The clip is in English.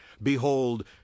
Behold